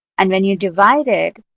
and when you divide it,